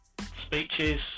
speeches